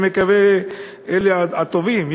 אלה הטובים,